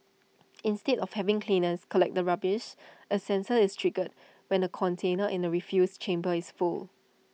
instead of having cleaners collect the rubbish A sensor is triggered when the container in the refuse chamber is full